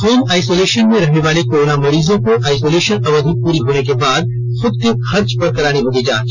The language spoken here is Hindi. होम आइसोलेशन में रहने वाले कोरोना मरीजों को आइसोलेशन अवधि पूरी होने के बाद खुद के खर्च पर करानी होगी जांच